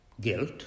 guilt